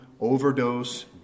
overdose